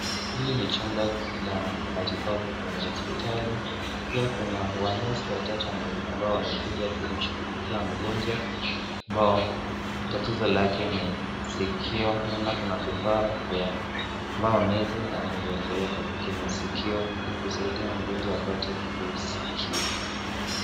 Hili ni chumba la matibabu kwenye hospitali, pia kuna manesi watatu ambao wamekuja kumshughulikia mgonjwa ambao tatizo lake ni sikio, naona kuna kifaa vya ambao nesi ameweka kwenye sikio kumsaidia mgonjwa apate kuskia.